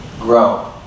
grow